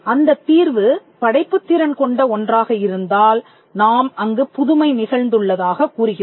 அந்தத் தீர்வு படைப்புத் திறன் கொண்ட ஒன்றாக இருந்தால் நாம் அங்கு புதுமை நிகழ்ந்துள்ளதாகக் கூறுகிறோம்